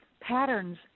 patterns